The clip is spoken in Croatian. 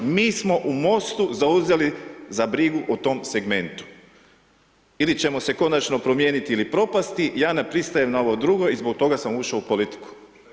Mi smo u MOST-u zauzeli za brigu o tom segmentu, ili ćemo se konačno promijeniti ili propasti, ja ne pristajem na ovo drugo i zbog toga sam ušao u politiku.